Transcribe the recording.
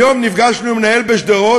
היום נפגשנו עם מנהל בשדרות,